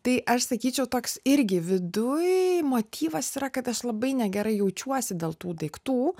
tai aš sakyčiau toks irgi viduj motyvas yra kad aš labai negerai jaučiuosi dėl tų daiktų